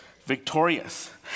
victorious